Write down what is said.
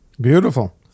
Beautiful